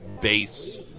base